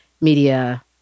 media